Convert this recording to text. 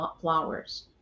flowers